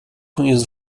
ruins